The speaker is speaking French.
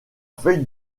feuille